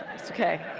it's okay.